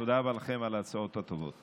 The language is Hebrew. תודה רבה לכם על ההצעות הטובות.